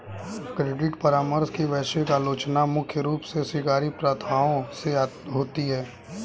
credit परामर्श की वैश्विक आलोचना मुख्य रूप से शिकारी प्रथाओं से होती है